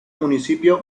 municipio